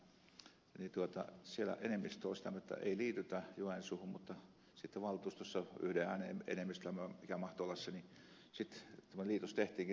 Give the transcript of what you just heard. siellä enemmistö oli sitä mieltä jotta ei liitytä joensuuhun mutta sitten valtuustossa yhden äänen enemmistöllä mikä mahtoi olla se liitos tehtiinkin